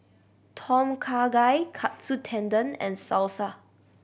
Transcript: Tom Kha Gai Katsu Tendon and Salsa